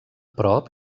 prop